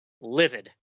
livid